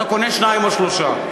אתה קונה שניים או שלושה.